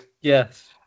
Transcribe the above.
Yes